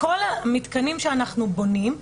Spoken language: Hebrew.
בכל המתקנים שאנחנו בונים,